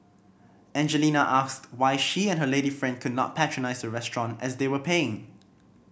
Angelina asked why she and her lady friend could not patronise the restaurant as they were paying